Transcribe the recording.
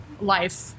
life